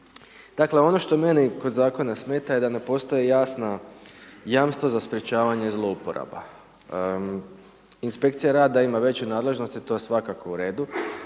Dakle, ono što meni kod Zakona smeta je da ne postoje jasna jamstva za sprečavanje zlouporaba. Inspekcija rada ima veće nadležnosti, to je svakako u redu,